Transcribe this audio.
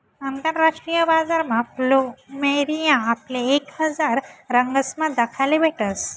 आंतरराष्ट्रीय बजारमा फ्लुमेरिया आपले एक हजार रंगसमा दखाले भेटस